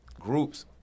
groups